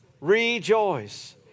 Rejoice